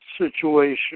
situation